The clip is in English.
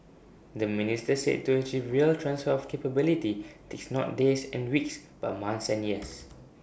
the minister said to achieve real transfer of capability takes not days and weeks but months and years